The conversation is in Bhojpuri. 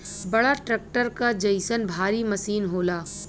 बड़ा ट्रक्टर क जइसन भारी मसीन होला